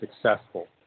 successful